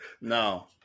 No